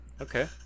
Okay